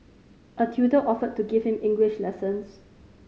a tutor offered to give him English lessons